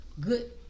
good